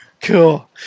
Cool